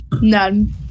None